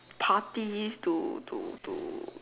parties to to to